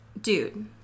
Dude